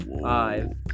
Five